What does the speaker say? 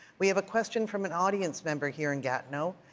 we have a question from an audience member here in gatineau.